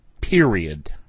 Period